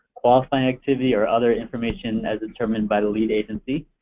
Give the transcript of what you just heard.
qualifying activity or other information as determined by the lead agency.